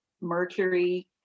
Mercury